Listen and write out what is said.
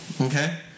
Okay